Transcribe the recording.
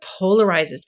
polarizes